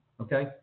okay